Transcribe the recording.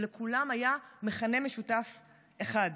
אבל לכולם היה מכנה משותף אחד: